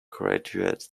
graduate